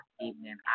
evening